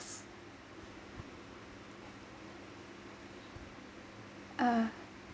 uh